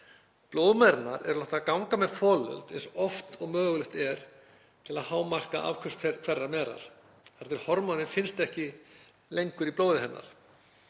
Blóðmerarnar eru látnar ganga með folöld eins oft og mögulegt er til að hámarka afköst hverrar merar þar til hormónið finnst ekki lengur í blóði hennar.